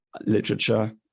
literature